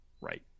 Right